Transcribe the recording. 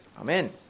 Amen